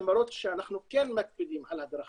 למרות שאנחנו כן מקפידים על הדרכה,